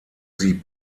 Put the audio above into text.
sie